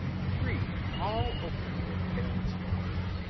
three, all open their veins for her,